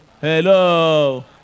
Hello